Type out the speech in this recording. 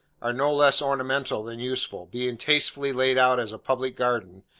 are no less ornamental than useful, being tastefully laid out as a public garden,